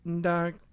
dark